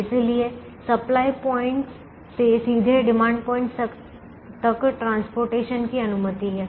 इसलिए supply points से सीधे डिमांड पॉइंटस तक परिवहन की अनुमति है